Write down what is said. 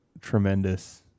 tremendous